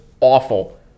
awful